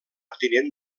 tinent